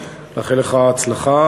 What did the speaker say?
לאחל לך הצלחה.